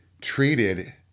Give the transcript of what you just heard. treated